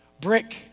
Brick